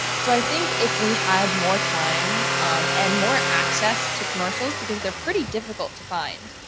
so i think if we had more time and more access to commercials, because they're pretty difficult to find,